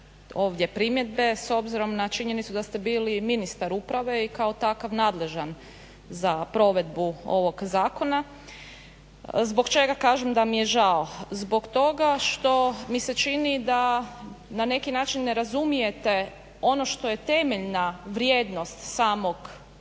ovdje primjedbe, s obzirom na činjenicu da ste bili ministar uprave i kao takav nadležan za provedbu ovog zakona. Zbog čega kažem da mi je žao? Zbog toga što mi se čini da na neki način ne razumijete ono što je temeljna vrijednost samog